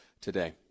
today